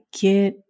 get